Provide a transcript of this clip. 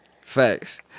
Facts